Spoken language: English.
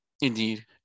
Indeed